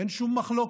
אין שום מחלוקת.